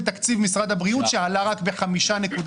תקציב משרד הבריאות שעלה רק ב-5.4%.